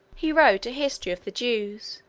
he wrote a history of the jews,